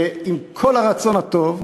שעם כל הרצון הטוב,